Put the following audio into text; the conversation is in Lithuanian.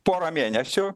porą mėnesių